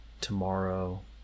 tomorrow